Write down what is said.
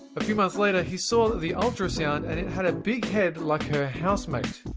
a few months later, he saw the ultrasound and it had a big head like her housemate.